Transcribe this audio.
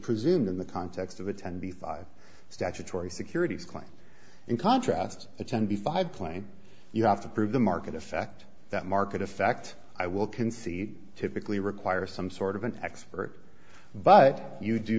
presumed in the context of a ten be five statutory securities claim in contrast to ten b five plain you have to prove the market effect that market effect i will concede typically require some sort of an expert but you do